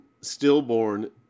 stillborn